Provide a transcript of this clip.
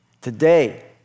Today